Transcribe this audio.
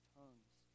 tongues